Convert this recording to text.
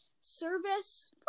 Service